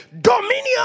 dominion